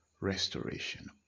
restoration